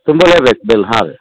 ತುಂಬಲೇ ಬೇಕು ಬಿಲ್ ಹಾಂ ರೀ